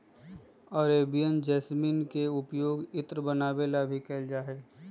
Arabian jasmine के पउपयोग इत्र बनावे ला भी कइल जाहई